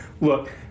Look